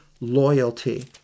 loyalty